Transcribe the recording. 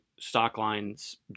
Stockline's